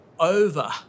over